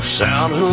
sound